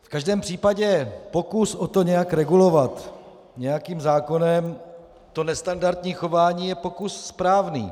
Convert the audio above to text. V každém případě pokus o to, nějak regulovat nějakým zákonem to nestandardní chování, je pokus správný.